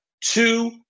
two